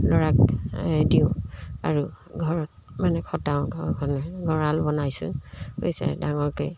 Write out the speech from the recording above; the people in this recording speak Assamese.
ল'ৰাক দিওঁ আৰু ঘৰত মানে খটাওঁ ঘৰখনত গঁৰাল বনাইছোঁ পইচাৰে ডাঙৰকৈ